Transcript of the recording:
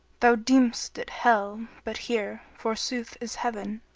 thou deem'st it hell but here, forsooth, is heaven,